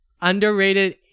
underrated